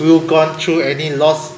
have you gone through any loss